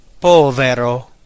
povero